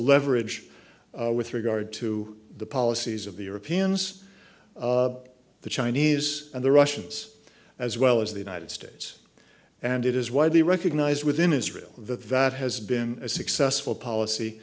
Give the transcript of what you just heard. leverage with regard to the policies of the europeans the chinese and the russians as well as the united states and it is widely recognized within israel the valve has been a successful policy